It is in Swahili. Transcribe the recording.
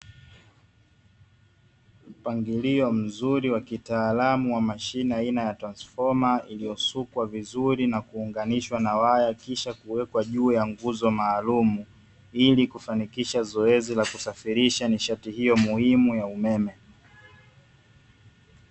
Mpangilio mzuri wa kitaalamu wa mashine aina ya transfoma, iliyosukwa vizuri na kuunganishwa na waya kisha, kuwekwa juu ya nguzo maalumu, ili kufanikisha zoezi la kusafirisha nishati hiyo muhimu ya umeme.